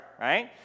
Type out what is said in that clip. right